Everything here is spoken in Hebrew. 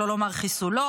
שלא לומר חיסולו,